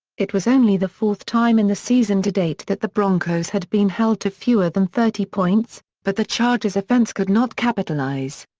it was only the fourth time in the season to date that the broncos had been held to fewer than thirty points, but the chargers offense could not capitalize.